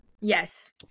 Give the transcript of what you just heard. yes